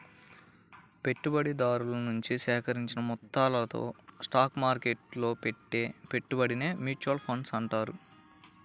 పెట్టుబడిదారుల నుంచి సేకరించిన మొత్తాలతో స్టాక్ మార్కెట్టులో పెట్టే పెట్టుబడినే మ్యూచువల్ ఫండ్ అంటారు